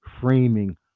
framing